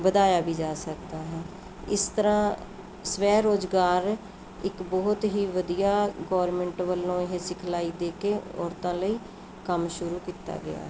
ਵਧਾਇਆ ਵੀ ਜਾ ਸਕਦਾ ਹੈ ਇਸ ਤਰਾਂ ਸਵੈ ਰੋਜ਼ਗਾਰ ਇੱਕ ਬਹੁਤ ਹੀ ਵਧੀਆ ਗੌਰਮੈਂਟ ਵੱਲੋਂ ਇਹ ਸਿਖਲਾਈ ਦੇ ਕੇ ਔਰਤਾਂ ਲਈ ਕੰਮ ਸ਼ੁਰੂ ਕੀਤਾ ਗਿਆ